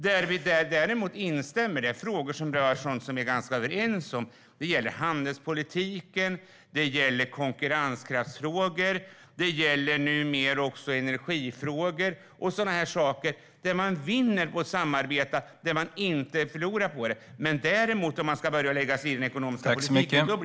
När vi instämmer är det i frågor som vi är ganska överens om. Det gäller handelspolitik, konkurrenskraftsfrågor och numera också energifrågor - saker där vi vinner på att samarbeta. Men om man däremot skulle börja lägga sig i den ekonomiska politiken blir det fel.